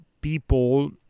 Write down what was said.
people